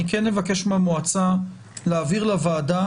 אני כן מבקש מהמועצה להעביר לוועדה